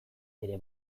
ere